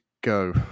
go